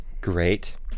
great